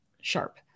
sharp